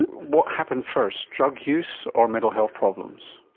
what happened first, drug use or mental health problems?